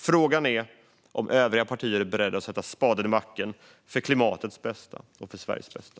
Frågan är om övriga partier är beredda att sätta spaden i backen för klimatets bästa och för Sveriges bästa.